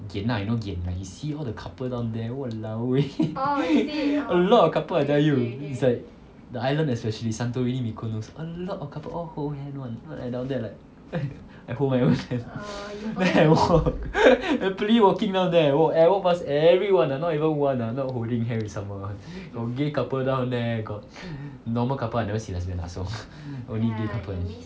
gian you know gian you see all the couple down there !walao! eh a lot of couple I tell you is like the island especially santorini mykonos a lot of couples all hold hand [one] I down there like ugh I hold my own hand then I walk I happily walking down there I walk I walked pass everyone ah not even one ah not holding hand with someone [one] got gay couple down there got normal couple I never see lesbian lah so only gay couple only